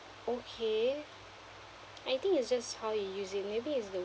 okay I think it's just how you use it maybe it's the